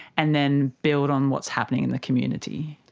and then build on what's happening in the community.